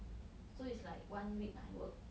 so it's like one week I work